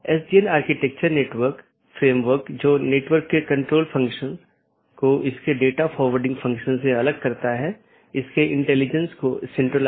तो इसके लिए कुछ आंतरिक मार्ग प्रोटोकॉल होना चाहिए जो ऑटॉनमस सिस्टम के भीतर इस बात का ध्यान रखेगा और एक बाहरी प्रोटोकॉल होना चाहिए जो इन चीजों के पार जाता है